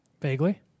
Vaguely